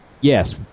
yes